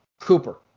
Cooper